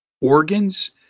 organs